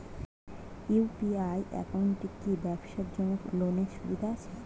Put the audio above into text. UPI একাউন্টে কি ব্যবসার জন্য লোনের সুবিধা আছে?